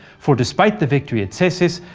for despite the victory at cesis,